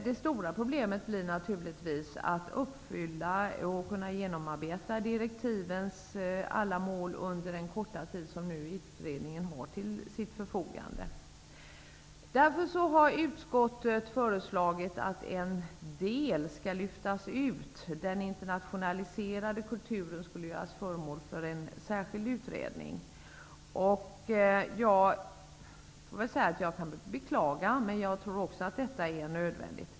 Det stora problemet blir naturligtvis att kunna genomarbeta direktivens alla mål under den korta tid som utredningen har till sitt förfogande. Därför har utskottet förslagit att en del skall lyftas ut. Den internationaliserade kulturen skulle göras till föremål för en särskild utredning. Jag beklagar detta, men jag tror att det är nödvändigt.